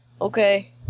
Okay